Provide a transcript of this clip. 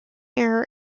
era